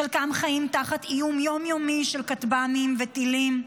חלקם חיים תחת איום יום-יומי של כטב"מים וטילים,